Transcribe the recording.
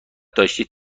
داشتید